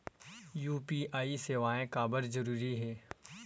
UPI सेवाएं काबर जरूरी हे?